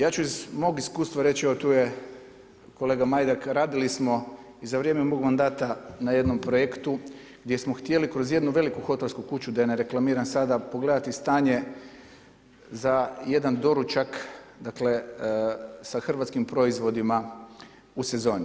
Ja ću iz mog iskustva reći evo tu je kolega Majdak, radili smo i za vrijeme mog mandata na jednom projektu gdje smo htjeli kroz jednu veliku hotelsku kuću da je ne reklamiram sada pogledati stanje za jedan doručak dakle sa hrvatskim proizvodima u sezoni.